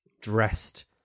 dressed